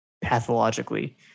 pathologically